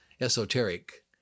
esoteric